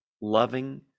loving